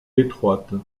étroite